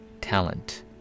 talent